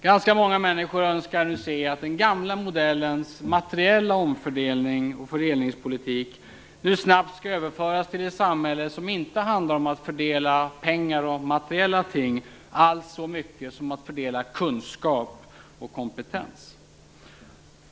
Ganska många människor önskar nu se att den gamla modellens materiella omfördelningspolitik nu snabbt skall överföras till det samhälle som inte så mycket handlar om att fördela pengar och materiella ting som om att fördela kunskap och kompetens.